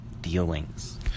dealings